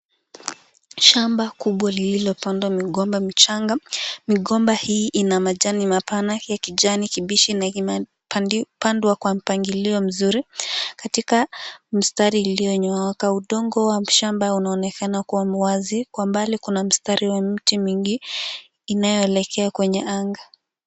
Shamba kubwa lililopandwa migomba michanga. Migomba hii ina majani mapana ya kijani kibichi na imepandwa kwa mpango mzuri katika mistari ulionyooka. Katika udongo wa shamba unaonekana kuwa uwazi. Kwa mbali kuna mstari wa miti mingi inayoelekea kwenye anga.